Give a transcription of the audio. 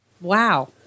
Wow